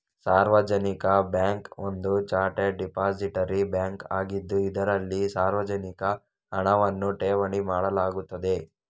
ಸಾರ್ವಜನಿಕ ಬ್ಯಾಂಕ್ ಒಂದು chartered depository bank ಆಗಿದ್ದು, ಇದರಲ್ಲಿ ಸಾರ್ವಜನಿಕ ಹಣವನ್ನು ಠೇವಣಿ ಮಾಡಲಾಗುತ್ತದೆ